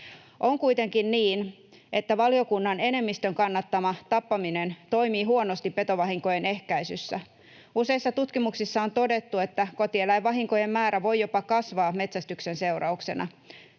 On kuitenkin niin, että valiokunnan enemmistön kannattama tappaminen toimii huonosti petovahinkojen ehkäisyssä. Useissa tutkimuksissa on todettu, että kotieläinvahinkojen määrä voi jopa kasvaa metsästyksen seurauksena.